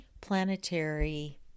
planetary